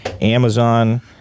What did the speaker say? Amazon